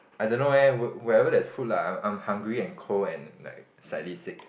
I don't know eh wh~ wherever there's food lah I I am hungry and cold and like slightly sick